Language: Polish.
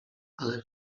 ale